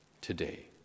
today